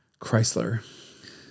Chrysler